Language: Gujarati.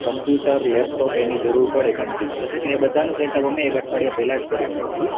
કમ્પ્યુટર લેપટોપ એની જરૂર પડે કન્ટીન્યૂઅસ એટલે એ બધાનું સેટઅપ અમે એક અઠવાડિયા પહેલાં જ કરી દીધું હતું